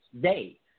day